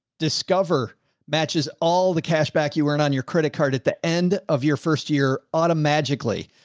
discover matches all the cash back you weren't on your credit card at the end of your first year. automagically,